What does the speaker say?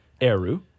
Eru